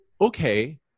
okay